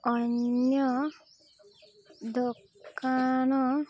ଅନ୍ୟ ଦୋକାନ